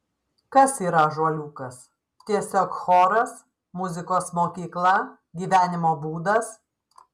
kas yra ąžuoliukas tiesiog choras muzikos mokykla gyvenimo būdas